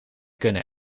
kunnen